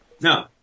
no